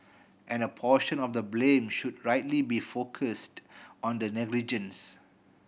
and a portion of the blame should rightly be focused on that negligence